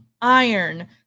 iron